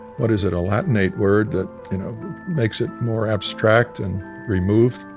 what is it latinate word? that makes it more abstract and removed.